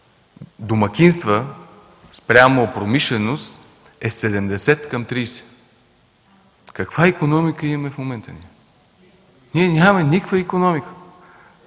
домакинства спрямо промишленост е 70 към 30. Каква икономика имаме в момента ние? Ние нямаме никаква икономика.